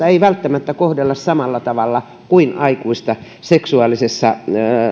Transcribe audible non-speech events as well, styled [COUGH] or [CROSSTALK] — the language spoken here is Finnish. [UNINTELLIGIBLE] ei välttämättä kohdella samalla tavalla kuin aikuista seksuaalisessa